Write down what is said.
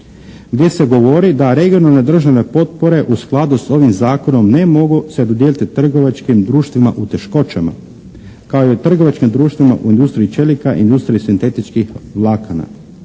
gdje se govori da regionalne državne potpore u skladu s ovim zakonom ne mogu se dodijeliti trgovačkim društvima u teškoćama kao i trgovačkim društvima u industriji čelika i industriji sintetičkih vlakana.